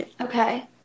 okay